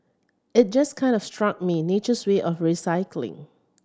it just kind of struck me nature's way of recycling